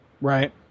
Right